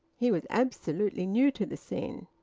he was absolutely new to the scene.